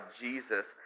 Jesus